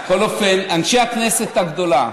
בכל אופן, אנשי כנסת הגדולה,